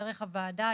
דרך הוועדה,